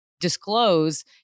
Disclose